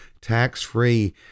tax-free